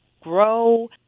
grow